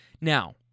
Now